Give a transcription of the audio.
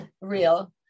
real